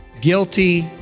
Guilty